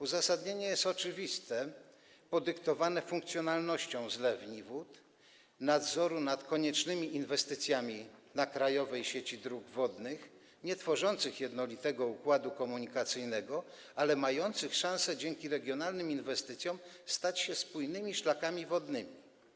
Uzasadnienie jest oczywiste, podyktowane funkcjonalnością - zlewnie wód - nadzoru nad koniecznymi inwestycjami na krajowej sieci dróg wodnych nietworzących jednolitego układu komunikacyjnego, ale mających szansę dzięki regionalnym inwestycjom stać się spójnymi szlakami wodnymi.